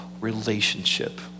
relationship